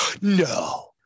no